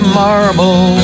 marble